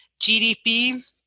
GDP